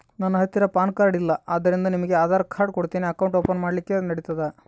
ನನ್ನ ಹತ್ತಿರ PAN card ಇಲ್ಲ ಆದ್ದರಿಂದ ನಿಮಗೆ ನನ್ನ ಆಧಾರ್ ಕಾರ್ಡ್ ಕೊಡ್ತೇನಿ ಅಕೌಂಟ್ ಓಪನ್ ಮಾಡ್ಲಿಕ್ಕೆ ನಡಿತದಾ?